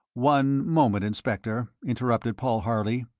one moment, inspector, interrupted paul harley,